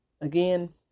again